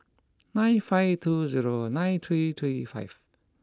nine five two zero nine three three five